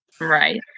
Right